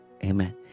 Amen